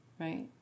right